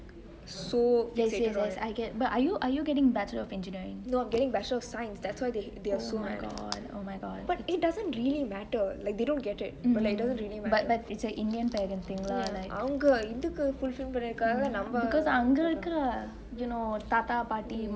so annoying no I'm getting bachelor of science which is why they are so mad but it doesn't really matter like they don't get it or like it doesn't really matter அவுங்க இதுக்கு:avungge ithuku fulfill பன்ரதுக்காக நம்ம:panrathukaage namme